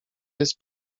jest